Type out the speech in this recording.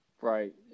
Right